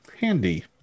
Handy